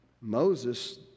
Moses